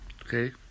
Okay